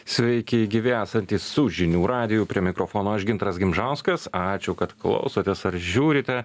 sveiki gyvi esantys su žinių radiju prie mikrofono aš gintaras gimžauskas ačiū kad klausotės ar žiūrite